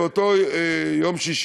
באותו יום שישי,